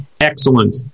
Excellent